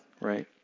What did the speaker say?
right